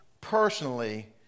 personally